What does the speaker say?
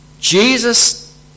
Jesus